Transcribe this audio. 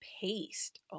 paste